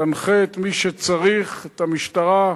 תנחה את מי שצריך, את המשטרה,